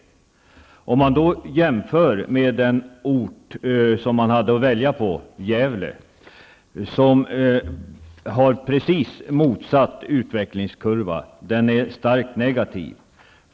Den ort som man hade att välja på -- Gävle -- har precis motsatt utvecklingskurva, nämligen en starkt negativ sådan.